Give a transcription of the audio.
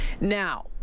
Now